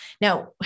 Now